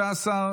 13,